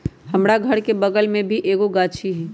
हमरा घर के बगल मे भी एगो गाछी हई